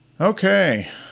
Okay